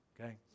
okay